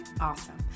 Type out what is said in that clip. Awesome